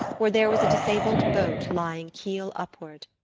where there was a disabled boat lying keel upward.